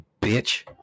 bitch